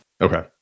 Okay